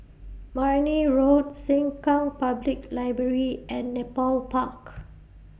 Marne Road Sengkang Public Library and Nepal Park